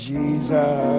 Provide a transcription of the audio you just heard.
Jesus